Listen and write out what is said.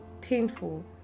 painful